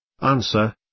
Answer